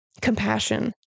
compassion